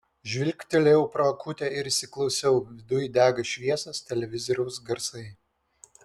žvilgtelėjau pro akutę ir įsiklausiau viduj dega šviesos televizoriaus garsai